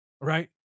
right